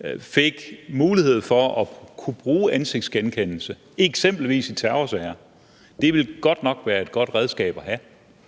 kunne få mulighed for at bruge ansigtsgenkendelse eksempelvis i terrorsager? Det ville godt nok være et godt redskab at have.